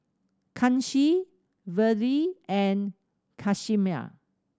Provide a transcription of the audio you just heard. Kanshi Vedre and Ghanshyam